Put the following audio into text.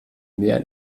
mehr